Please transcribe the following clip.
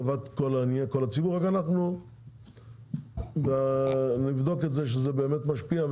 אנחנו רק נבדוק שזה באמת משפיע.